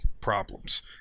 problems